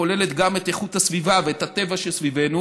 שכוללת גם את איכות הסביבה ואת הטבע שסביבנו,